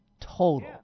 total